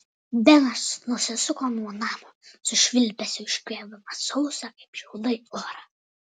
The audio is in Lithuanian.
benas nusisuko nuo namo su švilpesiu iškvėpdamas sausą kaip šiaudai orą